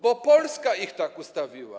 Bo Polska ich tak ustawiła.